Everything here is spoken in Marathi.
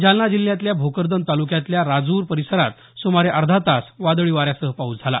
जालना जिल्ह्यातल्या भोकरदन तालुक्यातल्या राजूर परिसरात सुमारे अर्धा तास वादळी वाऱ्यासह पाऊस झाला